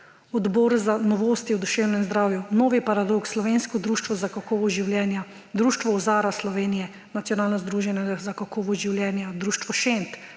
Odbor za novosti o duševnem zdravju; Novi paradoks, slovensko društvo za kakovost življenja; Ozara Slovenije, Nacionalno združenje za kakovost življenja; Društvo Šent;